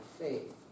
faith